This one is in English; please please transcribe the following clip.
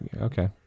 Okay